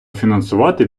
фінансувати